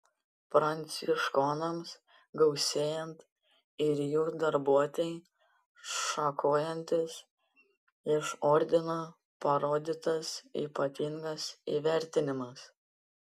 pranciškonams gausėjant ir jų darbuotei šakojantis iš ordino parodytas ypatingas įvertinimas